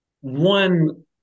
one